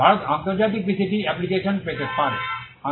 ভারত আন্তর্জাতিক PCT application পেতে পারে